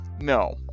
no